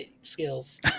skills